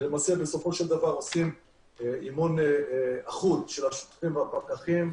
ובסופו של דבר עושים אימון אחוד של השוטרים והפקחים,